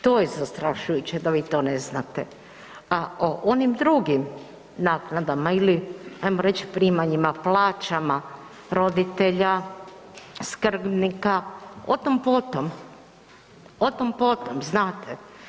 To je zastrašujuće da vi to ne znate, a o onim drugim naknadama ili ajmo reć primanjima, plaćama roditelja, skrbnika, o tom potom, o tom potom, znate.